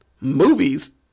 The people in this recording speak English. movies